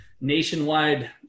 nationwide